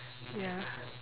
ya